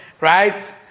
right